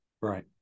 Right